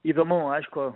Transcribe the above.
įdomu aišku